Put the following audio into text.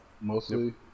mostly